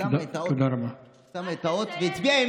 תודה רבה.